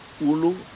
Ulu